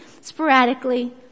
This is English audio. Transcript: sporadically